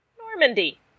Normandy